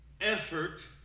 effort